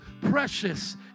precious